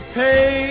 pay